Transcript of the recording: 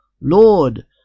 Lord